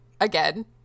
again